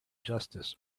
justice